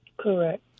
Correct